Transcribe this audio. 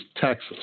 Texas